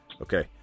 Okay